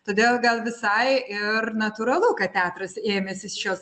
todėl gal visai ir natūralu kad teatras ėmęsi šios